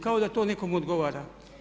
Kao da to nekom odgovara.